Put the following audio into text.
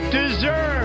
deserve